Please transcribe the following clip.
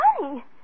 money